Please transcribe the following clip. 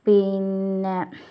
പിന്നെ